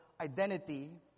identity